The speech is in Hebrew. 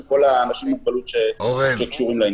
כל האנשים עם מוגבלות שקשורים לעניין.